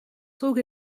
trug